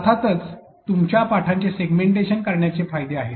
अर्थात तुमच्या पाठांचे सेगमेंट करण्याचे फायदे आहेत